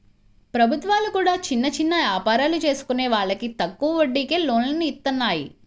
ప్రభుత్వాలు కూడా చిన్న చిన్న యాపారాలు చేసుకునే వాళ్లకి తక్కువ వడ్డీకే లోన్లను ఇత్తన్నాయి